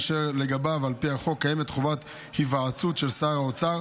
אשר לגביו על פי החוק קיימת חובת היוועצות של שר האוצר